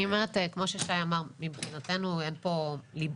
אני אומרת כמו ששי אמר, מבחינתנו אין פה משמעות.